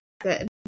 good